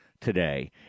today